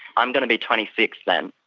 i'm going to be twenty six then,